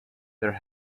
their